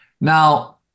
Now